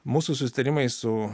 mūsų susitarimai su